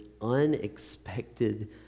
unexpected